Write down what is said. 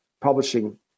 Publishing